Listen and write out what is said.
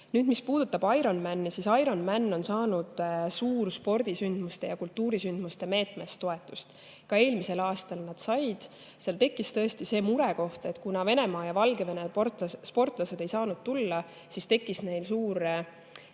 juurde. Mis puudutab Ironmani, siis Ironman on saanud suurspordisündmuste ja kultuurisündmuste meetmest toetust. Ka eelmisel aastal nad said. Seal tekkis tõesti see murekoht, et kuna Venemaa ja Valgevene sportlased ei saanud tulla, siis tekkis neil suur